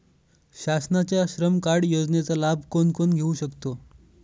शासनाच्या श्रम कार्ड योजनेचा लाभ कोण कोण घेऊ शकतो?